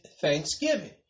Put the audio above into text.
thanksgiving